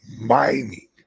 mining